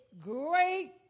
great